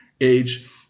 age